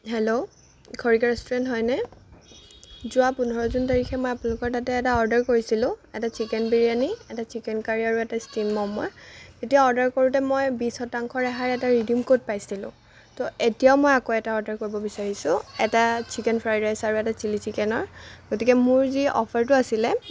hello খৰিকা restaurant হয়নে যোৱা পোন্ধৰ জুন তাৰিখে মই আপোনালোকৰ তাতে এটা অৰ্ডাৰ কৰিছিলোঁ এটা ছিকেন বিৰিয়ানি এটা চিকেন কাৰী আৰু এটা ষ্টিম ম'ম' তেতিয়া অৰ্ডাৰ কৰোতে মই বিছ শতাংশ ৰেহাইৰ এটা ৰিডিম ক'ড পাইছিলোঁ ত' এতিয়া মই আকৌ এটা অৰ্ডাৰ কৰিব বিচাৰিছোঁ এটা চিকেন ফ্ৰাইড ৰাইছ আৰু এটা ছিলি চিকেনৰ গতিকে মোৰ যি অফাৰটো আছিলে